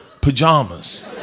pajamas